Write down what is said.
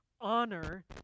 honor